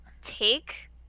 take